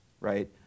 right